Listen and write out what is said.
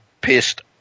pissed